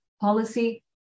policy